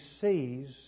sees